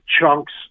chunks